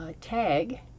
tag